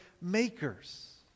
makers